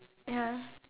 ya